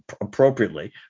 appropriately